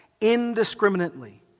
indiscriminately